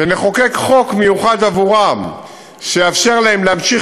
ונחוקק חוק מיוחד עבורם שיאפשר להם להמשיך